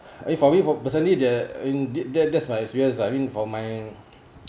I mean for me for personally the I mean that that's my experience lah I mean for my